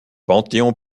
panthéon